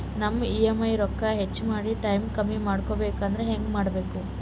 ನಮ್ಮ ಇ.ಎಂ.ಐ ರೊಕ್ಕ ಹೆಚ್ಚ ಮಾಡಿ ಟೈಮ್ ಕಮ್ಮಿ ಮಾಡಿಕೊ ಬೆಕಾಗ್ಯದ್ರಿ ಹೆಂಗ ಮಾಡಬೇಕು?